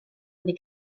wedi